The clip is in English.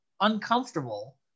uncomfortable